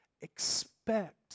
expect